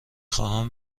خواهم